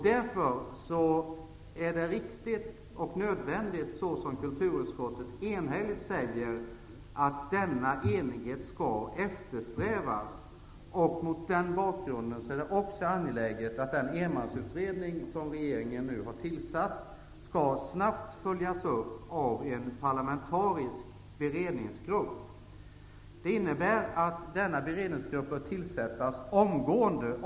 Därför är det som kulturutskottet enhälligt säger, att denna enighet skall eftersträvas, riktigt och nödvändigt. Mot den bakgrunden är det också angeläget att den enmansutredning som regeringen nu har tillsatt snabbt skall följas upp av en parlamentarisk beredningsgrupp. Det innebär att denna beredningsgrupp bör tillsättas omgående.